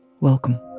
Welcome